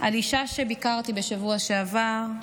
על אישה שביקרתי בשבוע שעבר,